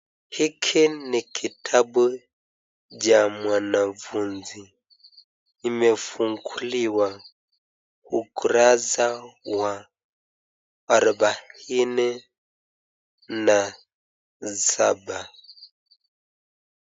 Hiki ni kitabu cha mwanafunzi. Imefunguliwa ukurasa wa arubaini na saba.